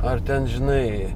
ar ten žinai